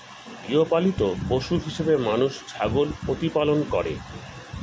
গৃহপালিত পশু হিসেবে মানুষ ছাগল প্রতিপালন করে